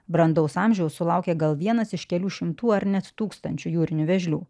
brandaus amžiaus sulaukia gal vienas iš kelių šimtų ar net tūkstančių jūrinių vėžlių